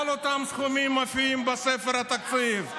כל אותם סכומים מופיעים בספר התקציב.